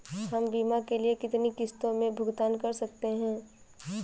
हम बीमा के लिए कितनी किश्तों में भुगतान कर सकते हैं?